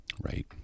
Right